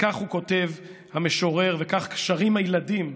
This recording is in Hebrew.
וכך כותב המשורר וכך שרים הילדים: